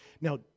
Now